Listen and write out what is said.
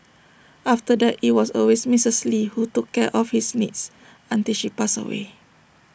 after that IT was always Missus lee who took care of his needs until she passed away